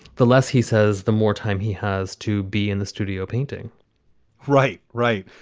the less he says, the more time he has to be in the studio painting right. right.